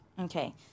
Okay